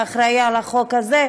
שאחראי לחוק הזה,